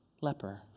Leper